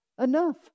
enough